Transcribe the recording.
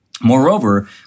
Moreover